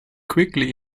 quickly